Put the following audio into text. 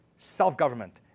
Self-government